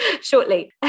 shortly